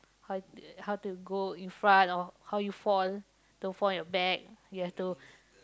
how how to go in front or how you fall don't fall on your back you have to